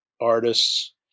artists